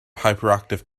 hyperactive